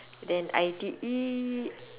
then I_T_E